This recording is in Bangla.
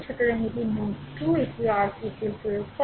সুতরাং এটি নোড 2 এটি r KCL প্রয়োগ করে